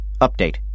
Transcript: Update